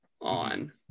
on